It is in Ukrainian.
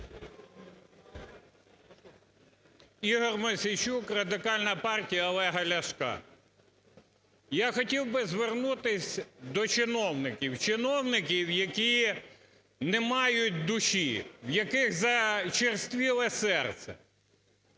Ігор Мосійчук, Радикальна партія Олега Ляшка. Я хотів би звернутися до чиновників, чиновників, які не мають душі, в яких зачерствіле серце.